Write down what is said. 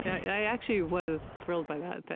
i actually was thrilled by that, but